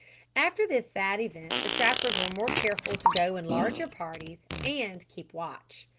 after this sad event the trappers were more careful to go in larger parties, and keep watch.